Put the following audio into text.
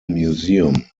museum